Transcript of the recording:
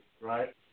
right